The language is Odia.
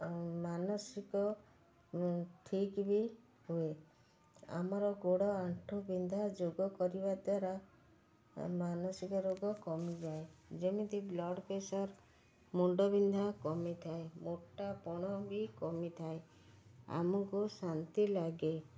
ଆଉ ମାନସିକ ଠିକ୍ ବି ହୁଏ ଆମର ଗୋଡ଼ ଆଣ୍ଠୁ ବିନ୍ଧା ଯୋଗ କରିବା ଦ୍ୱାରା ମାନସିକ ରୋଗ କମିଯାଏ ଯେମିତି ବ୍ଲଡ଼ପ୍ରେସର୍ ମୁଣ୍ଡବିନ୍ଧା କମିଥାଏ ମୋଟାପଣ ବି କମିଥାଏ ଆମକୁ ଶାନ୍ତି ଲାଗେ